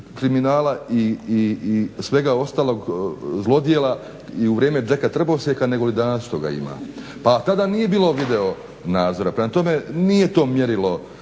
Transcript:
kriminala i svega ostalog, zlodjela, i u vrijeme Jacka Trbosjeka nego li danas što ga ima. Pa tada nije bilo videonadzora. Prema tome nije to mjerilo,